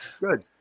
Good